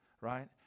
Right